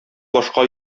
башка